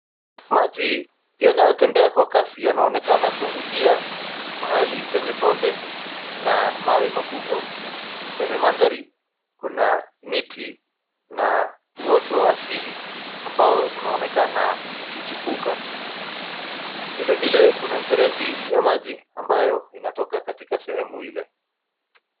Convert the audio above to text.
Maji yanayotembea kwa kasi yanaonekana kuangukia mahali penye bonde na mawe makubwa. Kwenye mandhari kuna miti na uoto asili ambao unaonekana ukichipuka. Vilevile kuna mfereji ya maji ambayo inatoka katika sehemu ile.